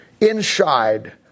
inside